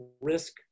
risk